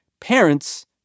parents